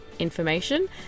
Information